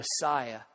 Messiah